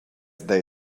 they